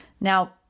Now